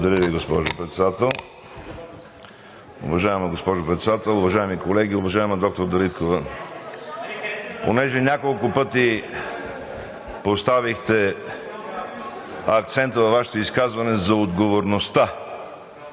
Благодаря Ви, госпожо Председател. Уважаема госпожо Председател, уважаеми колеги! Уважаема доктор Дариткова, понеже няколко пъти поставихте акцента във Вашето изказване за отговорността,